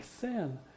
sin